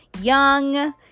young